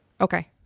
Okay